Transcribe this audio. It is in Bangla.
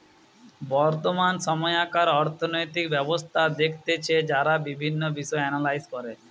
বর্তমান সময়কার অর্থনৈতিক ব্যবস্থা দেখতেছে যারা বিভিন্ন বিষয় এনালাইস করে